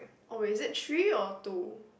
oh is it three or two